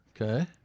Okay